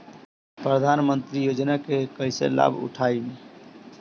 प्रधानमंत्री योजना के कईसे लाभ उठाईम?